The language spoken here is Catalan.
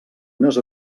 unes